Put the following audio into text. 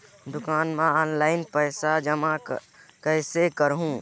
दुकान म ऑनलाइन पइसा जमा कइसे करहु?